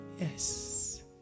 Yes